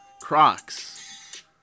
Crocs